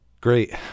Great